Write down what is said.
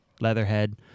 Leatherhead